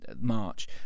march